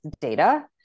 data